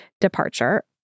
departure